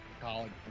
college